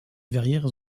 verrières